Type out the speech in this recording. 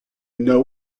know